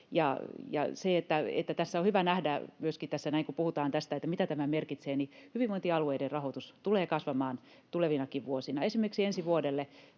Ja on hyvä nähdä myöskin, kun puhutaan tästä, että mitä tämä merkitsee, että hyvinvointialueiden rahoitus tulee kasvamaan tulevinakin vuosina. Esimerkiksi ensi vuodelle